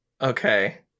Okay